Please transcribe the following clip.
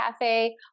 cafe